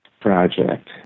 project